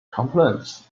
complaints